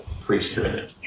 priesthood